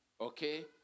okay